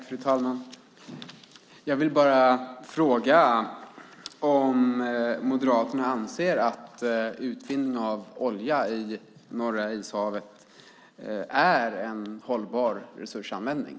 Fru talman! Jag vill bara fråga om Moderaterna anser att utvinning av olja i Norra ishavet är en hållbar resursanvändning.